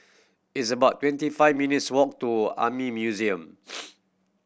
it's about twenty five minutes walk to Army Museum